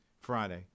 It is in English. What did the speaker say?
Friday